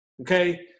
Okay